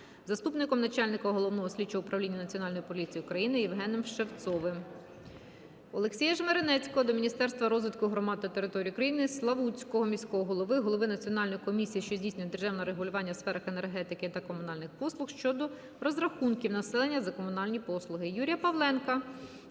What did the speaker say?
заступником начальника Головного слідчого управління Національної поліції України Євгеном Шевцовим. Олексія Жмеренецького до Міністерства розвитку громад та територій України, Славутського міського голови, голови Національної комісії, що здійснює державне регулювання у сферах енергетики та комунальних послуг щодо розрахунків населення за комунальні послуги.